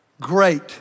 Great